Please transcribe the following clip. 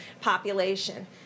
population